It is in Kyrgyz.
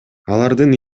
алардын